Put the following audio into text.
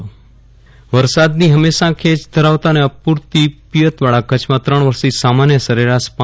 વિરલ રાણા ખેત વાવેતર વરસાદની ફમેશા ખેંચ ધરાવતા અને અપૂરતી પિયતવાળા કચ્છમાં ત્રણ વર્ષથી સામાન્ય સરેરાશ પ